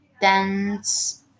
dance